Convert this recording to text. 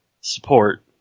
support